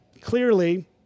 clearly